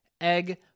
egg